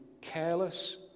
careless